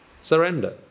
surrender